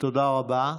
תודה רבה.